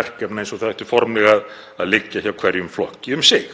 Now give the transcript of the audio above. verkefna eins og þau ættu formlega að liggja hjá hverjum flokki um sig.